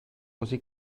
così